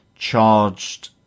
charged